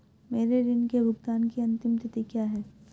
मेरे ऋण के भुगतान की अंतिम तिथि क्या है?